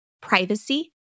privacy